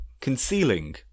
concealing